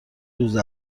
روز